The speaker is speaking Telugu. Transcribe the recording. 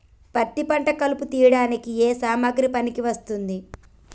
పత్తి పంట కలుపు తీయడానికి ఏ సామాగ్రి పనికి వస్తుంది?